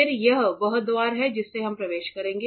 फिर यह वह द्वार है जिससे हम प्रवेश करेंगे